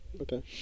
Okay